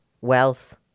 wealth